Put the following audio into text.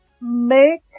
make